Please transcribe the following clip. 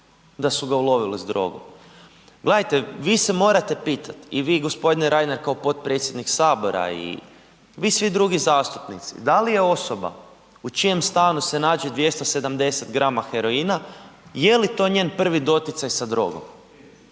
da su ga ulovili s drogom. Gledajte vi se morate pitat i gospodine Reiner kao potpredsjednik sabora i vi svi drugi zastupnici. Da li je osoba u čijem stanu se nađe 270 grama heroina je li to njen prvi doticaj sa drogom?